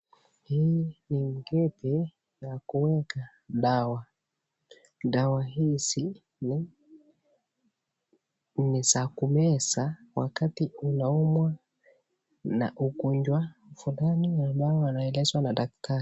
Hii ni mkebe ya kuunda dawa, dawa hizi ni za kumeza wakati unaumwa na ugonjwa fulani ambayo wanaelezwa na daktari.